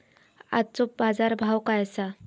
आजचो बाजार भाव काय आसा?